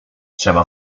trzeba